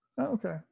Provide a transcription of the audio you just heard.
Okay